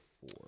four